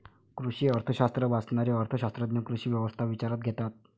कृषी अर्थशास्त्र वाचणारे अर्थ शास्त्रज्ञ कृषी व्यवस्था विचारात घेतात